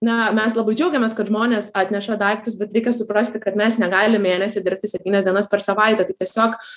na mes labai džiaugiamės kad žmonės atneša daiktus bet reikia suprasti kad mes negalim mėnesį dirbti septynias dienas per savaitę tiesiog